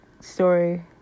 story